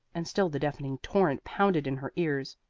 and still the deafening torrent pounded in her ears.